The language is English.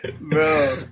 Bro